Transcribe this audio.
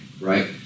right